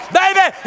baby